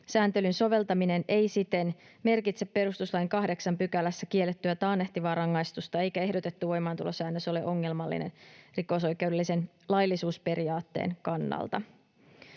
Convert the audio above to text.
soveltaminen ei siten merkitse perustuslain 8 §:ssä kiellettyä taannehtivaa rangaistusta eikä ehdotettu voimaantulosäännös ole ongelmallinen rikosoikeudellisen laillisuusperiaatteen kannalta.